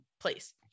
place